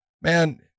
man